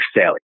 Sally